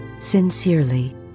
Sincerely